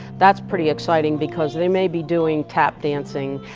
that's pretty exciting because they may be doing tap dancing,